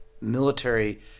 military